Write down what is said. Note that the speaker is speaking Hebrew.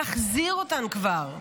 תחזיר אותם כבר.